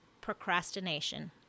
procrastination